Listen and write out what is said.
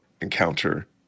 encounter